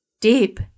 deep